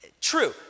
True